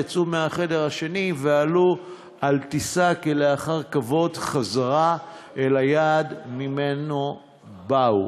יצאו מהחדר השני ועלו על טיסה אחר כבוד חזרה אל המקום שממנו באו.